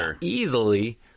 easily